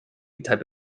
type